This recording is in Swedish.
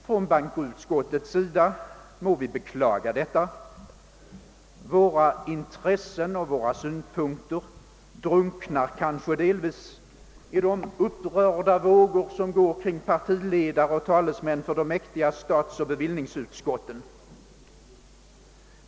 Från bankoutskottets sida må vi beklaga detta — våra intressen och våra synpunkter drunknar kanske delvis i de upprörda vågor som går kring partiledare och talesmän för de mäktiga statsoch bevillningsutskotten.